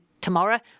tomorrow